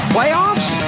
Playoffs